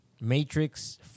Matrix